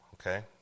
Okay